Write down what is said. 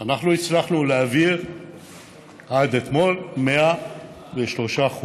אנחנו הצלחנו להעביר עד אתמול 103 חוקים,